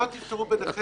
זה לא "תפתרו ביניכם".